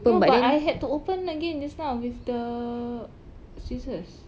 no but I had to open again just now with the scissors